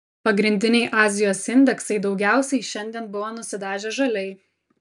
pagrindiniai azijos indeksai daugiausiai šiandien buvo nusidažę žaliai